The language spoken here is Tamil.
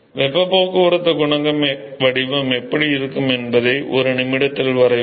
வெப்பப் போக்குவரத்து குணக வடிவம் எப்படி இருக்கும் என்பதை ஒரு நிமிடத்தில் வரைவேன்